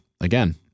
Again